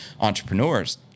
entrepreneurs